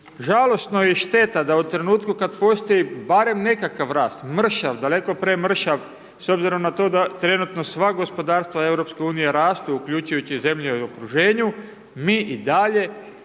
Žalosno je i šteta da u trenutku kada postoji barem nekakav rast, mršav daleko premršav s obzirom na to da trenutno sva gospodarstva EU rastu uključujući i zemlje u okruženju, mi i dalje